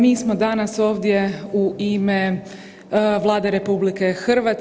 Mi smo danas ovdje u ime Vlade RH.